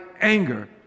anger